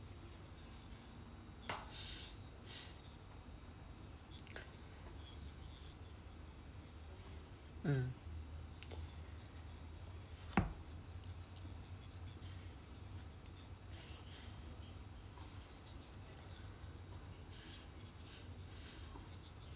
mm